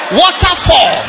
waterfall